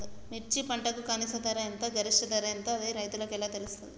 మిర్చి పంటకు కనీస ధర ఎంత గరిష్టంగా ధర ఎంత అది రైతులకు ఎలా తెలుస్తది?